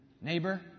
Neighbor